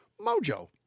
Mojo